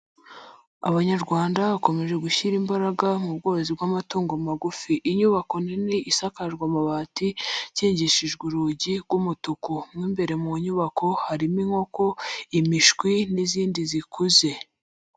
Abanyarwanda bakomeje gushyira imbaraga mu bworozi bw'amatungo magufi, inyubako nini isakajwe amabati ikingishijwe urugi rw'umutuku, mo imbere mu nyubako harimo inkoko, imishwi n'izindi zikuze.